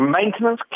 Maintenance